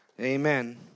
Amen